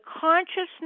consciousness